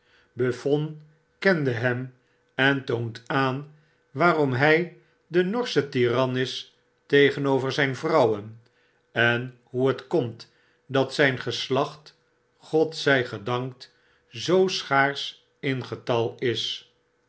kende hem en toont aan waarom hi de norsche tyran is tegenover zyn vrouwen en hoe het komt dat zyn geslacht god zy gedankt zoo schaarsch in getal is